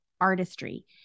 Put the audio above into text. artistry